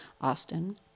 Austin